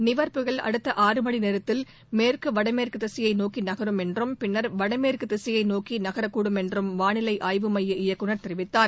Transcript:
நிவர் புயல் அடுத்த ஆறு மணி நேரத்தில் மேற்கு வடமேற்கு திசையை நோக்கி நகரும் என்றும் பின்னர் வடமேற்கு திசையைநோக்கி நகரக்கூடும் என்றும் வானிவை ஆய்வு மைய இயக்குநர் தெரிவித்தார்